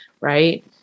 right